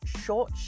short